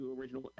original